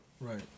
Right